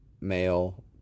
male